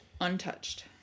untouched